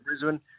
Brisbane